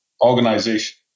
organization